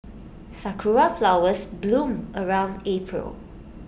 Sakura Flowers bloom around April